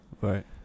Right